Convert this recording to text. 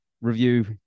review